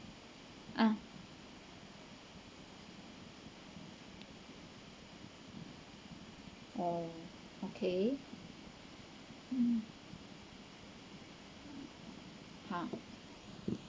ah oh okay mm ah